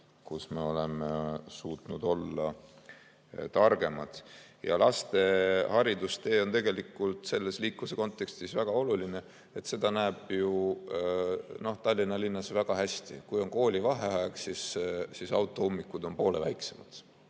kus me oleme suutnud olla targemad. Laste haridustee on tegelikult liikluse kontekstis väga oluline, seda näeb ju Tallinna linnas väga hästi. Kui on koolivaheaeg, siis ummikud on poole väiksemad.